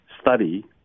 study